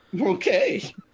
okay